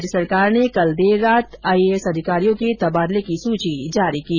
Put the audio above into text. राज्य सरकार ने कल देर रात आईएएस अधिकारियों के तबादले की सुची जारी की है